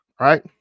right